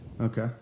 Okay